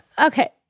okay